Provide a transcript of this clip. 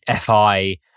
FI